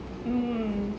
mm